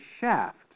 shaft